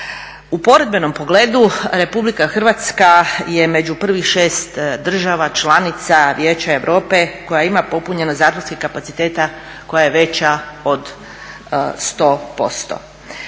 U poredbenom pogledu Republika Hrvatska je među prvih 6 država članica Vijeća europe koja ima popunjenost zatvorskih kapaciteta koja je veća od 100%.